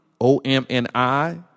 O-M-N-I